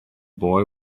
boy